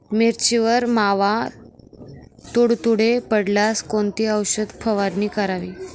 मिरचीवर मावा, तुडतुडे पडल्यास कोणती औषध फवारणी करावी?